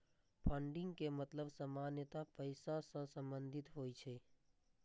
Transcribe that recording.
funding के मतलब सामान्यतः पैसा सं संबंधित होइ छै